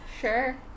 Sure